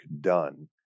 done